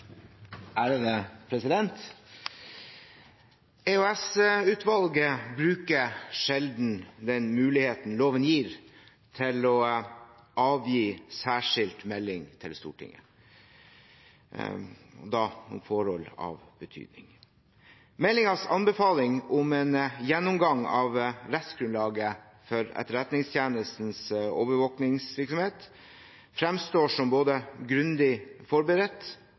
bruker sjelden den muligheten loven gir til å avgi særskilt melding til Stortinget, da om forhold av betydning. Meldingens anbefaling om en gjennomgang av rettsgrunnlaget for Etterretningstjenestens overvåkingsvirksomhet framstår som både grundig forberedt